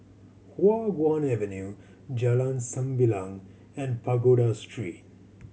Hua Guan Avenue Jalan Sembilang and Pagoda Street